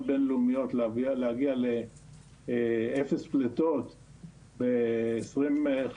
בין לאומיות נגיע לאפס פליטות ב-2050.